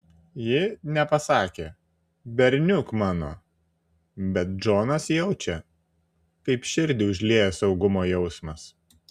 ji nepasakė berniuk mano bet džonas jaučia kaip širdį užlieja saugumo jausmas